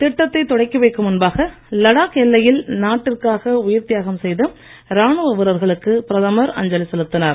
திட்டத்தைத் தொடக்கிவைக்கும் முன்பாக லடாக் எல்லையில் நாட்டிற்காக உயிர் தியாகம் செய்த ராணுவ வீரர்களுக்கு பிரதமர் அஞ்சலி செலுத்தினார்